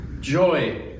Joy